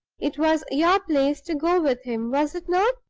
it was your place to go with him, was it not?